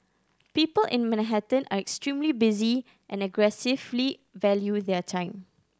people in Manhattan are extremely busy and aggressively value their time